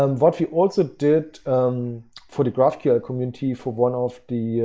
and what we also did for the graph ql community, for one of the